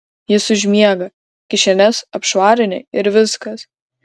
jis užmiega kišenes apšvarini ir viskas